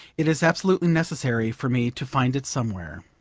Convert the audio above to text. it is absolutely necessary for me to find it somewhere.